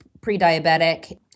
pre-diabetic